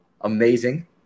amazing